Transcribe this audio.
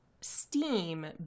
steam